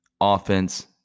Offense